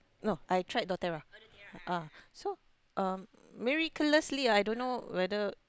no I tried Doterra ah so um miraculously I don't know whether